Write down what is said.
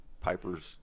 Piper's